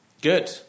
Good